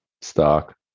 Stark